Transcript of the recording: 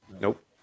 Nope